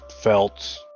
felt